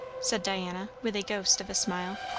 said diana, with a ghost of a smile.